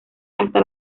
hasta